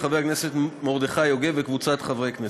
של חבר הכנסת מרדכי יוגב וקבוצת חברי הכנסת.